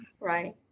right